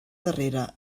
darrera